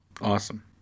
Awesome